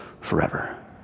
forever